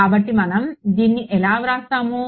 కాబట్టి మనం దీన్ని ఎలా వ్రాస్తాము